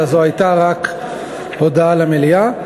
אלא זו הייתה רק הודעה למליאה.